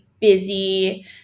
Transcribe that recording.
busy